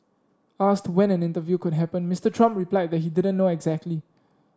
asked when an interview could happen Mister Trump replied that he didn't know exactly